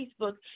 Facebook